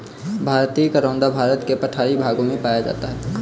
भारतीय करोंदा भारत के पठारी भागों में पाया जाता है